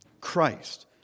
Christ